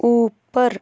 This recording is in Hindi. ऊपर